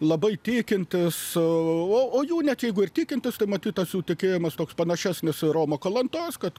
labai tikintys o o jų net jeigu ir tikintys tai matyt tas jų tikėjimas toks panašesnis į romo kalantos kad